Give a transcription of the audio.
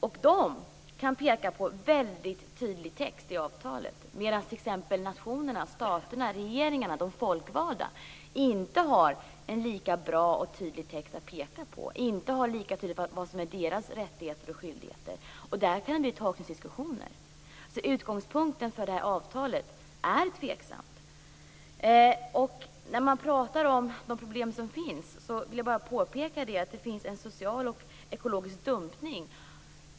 Investerarna kan peka på väldigt tydlig text i avtalet, medan t.ex. nationerna, staterna, regeringarna, de folkvalda inte har en lika bra och tydlig text att peka på. Det är inte lika tydligt vad som är deras rättigheter och skyldigheter. Där kan det bli tolkningsdiskussioner. Utgångspunkten för avtalet är tveksam. När man pratar om de problem som finns vill jag bara påpeka att det finns social och ekologisk dumpning.